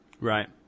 Right